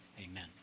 amen